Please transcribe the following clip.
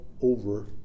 over